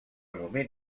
moment